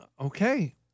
Okay